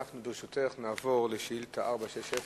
ברשותך, אנחנו נעבור לשאילתא מס' 460,